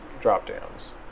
drop-downs